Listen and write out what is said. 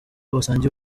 basangiye